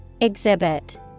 Exhibit